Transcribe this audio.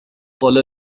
طلى